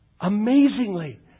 amazingly